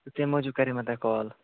تہٕ تَمہِ موٗجوٗب کَرے مےٚ تۄہہِ کال